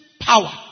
power